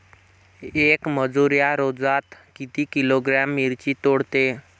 येक मजूर या रोजात किती किलोग्रॅम मिरची तोडते?